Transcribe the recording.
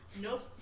Nope